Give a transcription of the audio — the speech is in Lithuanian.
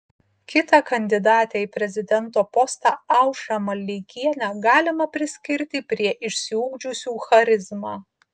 kitą kandidatę į prezidento postą aušrą maldeikienę galima priskirti prie išsiugdžiusių charizmą